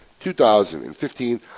2015